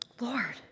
Lord